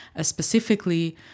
specifically